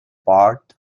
part